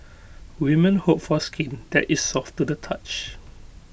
women hope for skin that is soft to the touch